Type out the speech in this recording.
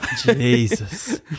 Jesus